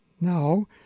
No